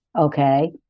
okay